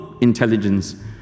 intelligence